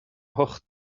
hocht